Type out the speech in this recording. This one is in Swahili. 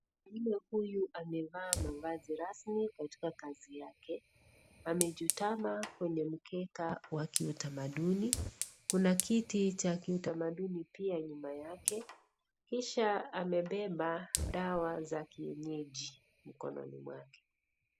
Mume huyu amevaa mavazi rasmi katika kazi yake. Amechutama kwenye mkeka wa kiutamaduni. Kuna kiti cha utamaduni pia nyuma yake kisha amebeba dawa za kienyeji mkononi mwake.